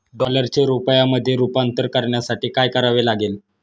डॉलरचे रुपयामध्ये रूपांतर करण्यासाठी काय करावे लागेल?